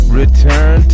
return